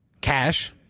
cash